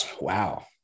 wow